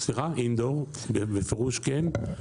אינדור, בפירוש כן.